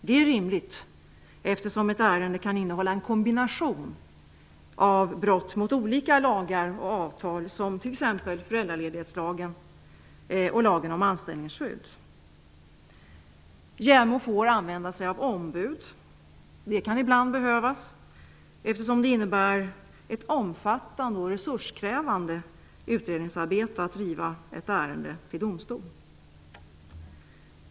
Det är rimligt eftersom ett ärende kan innehålla en kombination av brott mot olika lagar och avtal, som t.ex. --JämO får möjlighet att använda sig av ombud. Det kan ibland behövas eftersom det innebär ett omfattande och resurskrävande utredningsarbete att driva ett ärende till domstol.